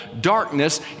darkness